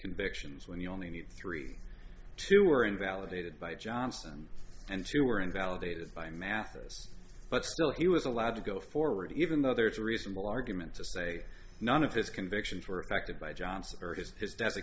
convictions when you only need three two or invalidated by johnson and two were invalidated by mathis but still he was allowed to go forward even though there's a reasonable argument to say none of his convictions were affected by johnson or his his d